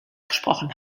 gesprochen